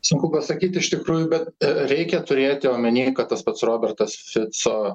sunku pasakyt iš tikrųjų bet reikia turėti omeny kad tas pats robertas frico